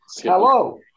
Hello